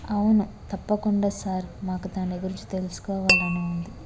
అవును తప్పకుండా సార్ మాకు దాని గురించి తెలుసుకోవాలని ఉంది